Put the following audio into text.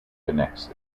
connected